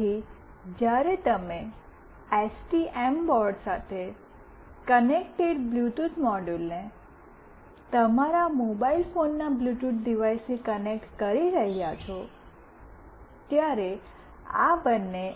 તેથી જ્યારે તમે એસટીએમ બોર્ડ સાથે કનેક્ટેડ બ્લૂટૂથ મોડ્યુલને તમારા મોબાઇલ ફોનના બ્લૂટૂથ ડિવાઇસથી કનેક્ટ કરી રહ્યાં છો ત્યારે આ બંને